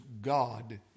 God